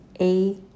a-